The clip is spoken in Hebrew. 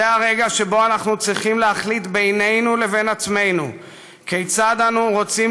זה הרגע שבו אנו צריכים להחליט בינינו לבין עצמנו כיצד אנו רוצים